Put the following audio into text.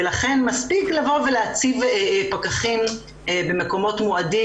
ולכן מספיק להציב פקחים במקומות מועדים.